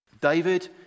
David